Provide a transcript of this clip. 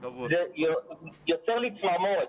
זה גורם לי צמרמורת.